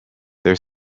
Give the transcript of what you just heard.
their